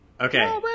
okay